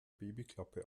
babyklappe